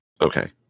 Okay